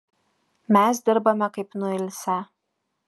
mes dirbame kaip nuilsę